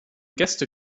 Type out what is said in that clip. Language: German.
gäste